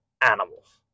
animals